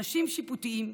אנשים שיפוטיים,